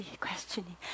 questioning